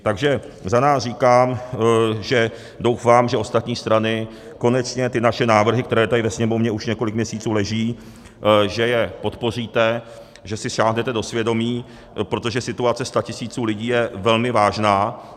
Takže za nás říkám, že doufáme, že ostatní strany konečně ty naše návrhy, které tady ve Sněmovně už několik měsíců leží, že je podpoříte, že si sáhnete do svědomí, protože situace statisíců lidí je velmi vážná.